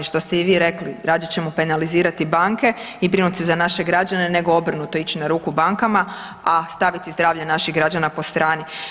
Što ste i vi rekli radije ćemo penalizirati banke i brinut se za naše građane, nego obrnuto ići na ruku bankama, a staviti zdravlje naših građana po strani.